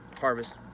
harvest